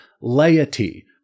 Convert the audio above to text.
laity